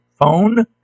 phone